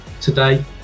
today